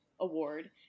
Award